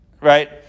right